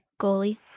Goalie